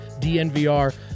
DNVR